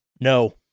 no